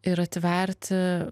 ir atverti